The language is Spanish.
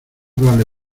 vale